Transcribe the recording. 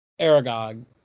Aragog